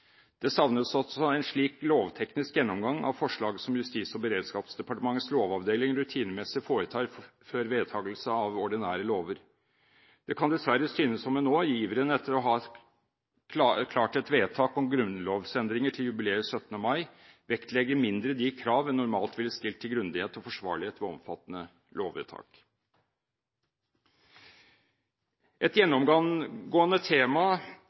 Det savnes også en slik lovteknisk gjennomgang av forslaget som Justis- og beredskapsdepartementets lovavdeling rutinemessig foretar før vedtakelse av ordinære lover. Det kan dessverre synes som en nå, i iveren etter å ha klart et vedtak om grunnlovsendringer til jubileet 17. mai, vektlegger mindre de krav en normalt ville stilt til grundighet og forsvarlighet ved omfattende lovvedtak. Et gjennomgående tema